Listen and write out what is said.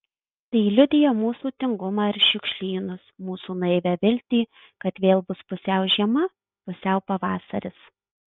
tai liudija mūsų tingumą ir šiukšlynus mūsų naivią viltį kad vėl bus pusiau žiema pusiau pavasaris